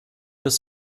des